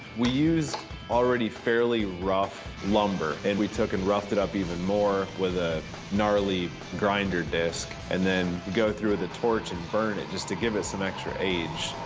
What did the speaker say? we used already fairly rough lumber. and we took and roughed it up even more with a gnarly grinder disc. and then we go through with a torch and burn it, just to give it some extra age.